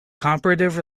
comparative